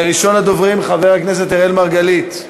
ראשון הדוברים, חבר הכנסת אראל מרגלית,